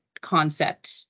concept